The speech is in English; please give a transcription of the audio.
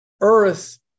Earth